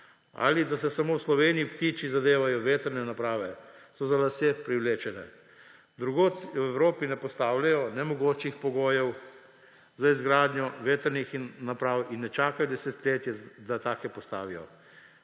ali da se samo v Sloveniji ptiči zadevajo v vetrne naprave, so za lase privlečeni. Drugod v Evropi ne postavljajo nemogočih pogojev za izgradnjo vetrnih naprav in ne čakajo desetletje, da take postavijo.